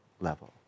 level